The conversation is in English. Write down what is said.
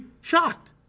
shocked